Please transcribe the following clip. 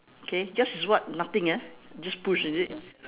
k yours is what nothing ah just push is it